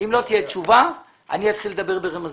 אם לא תהיה תשובה, אני אתחיל לדבר ברמזים.